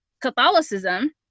Catholicism